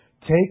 take